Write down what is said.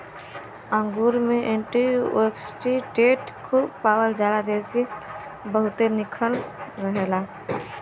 अंगूर में एंटीओक्सिडेंट खूब पावल जाला जेसे त्वचा बहुते निक रहेला